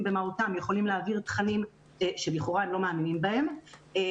במהותם יכולים להעביר תכנים שלכאורה הם לא מאמינים בהם,